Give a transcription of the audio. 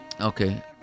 Okay